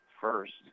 First